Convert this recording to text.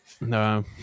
no